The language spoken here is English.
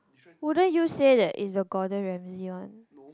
wouldn't you say that is the Gordon-Ramsay one